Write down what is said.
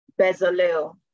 Bezalel